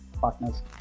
partners